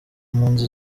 mpunzi